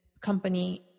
company